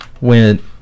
went